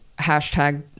hashtag